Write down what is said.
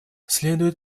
следует